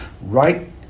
right